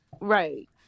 right